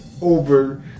over